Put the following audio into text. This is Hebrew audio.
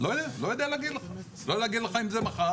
לא יודע, לא יודע להגיד לך אם זה מחר,